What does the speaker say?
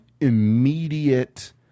immediate